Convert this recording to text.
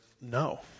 no